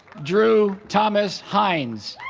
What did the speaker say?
drew thomas heinz